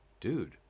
Dude